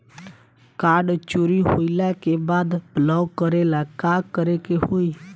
Card चोरी होइला के बाद ब्लॉक करेला का करे के होई?